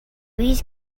bees